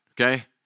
okay